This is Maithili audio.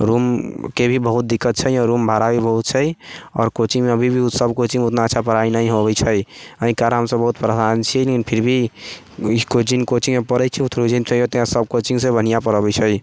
रूमके भी बहुत दिक्कत छै आओर रूम भाड़ा भी बहुत छै आओर कोचिङ्गमे अभी भी सब कोचिङ्गमे ओतना अच्छा पढ़ाइ नहि होबैत छै एहि कारणसंँ बहुत छी फिर भी कोचिङ्गमे पढ़ैत छी सब कोचिङ्ग से बढ़िआँ पढ़बैत छै